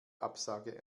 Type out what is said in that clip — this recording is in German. absage